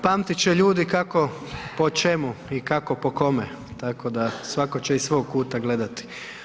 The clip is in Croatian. Pamtit će ljudi kako po čemu i kako po kome, tako da svako će iz svog kuta gledati.